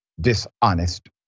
dishonest